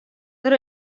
der